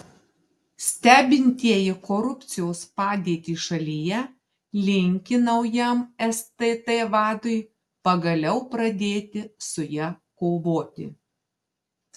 stebintieji korupcijos padėtį šalyje linki naujam stt vadui pagaliau pradėti su ja kovoti